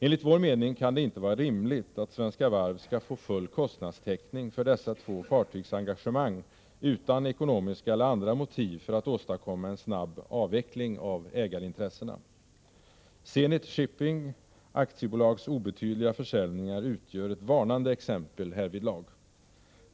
Enligt vår mening kan det inte vara rimligt att Svenska Varv skall få full kostnadstäckning för dessa två fartygsengagemang utan ekonomiska eller andra motiv för att åstadkomma en snabb avveckling av ägarintressena. Zenit Shipping AB:s obetydliga försäljningar utgör ett varnande exempel härvidlag.